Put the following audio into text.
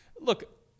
Look